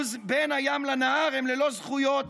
מזכיר לי את הסיפור שמישהו ניגש לרב ושואל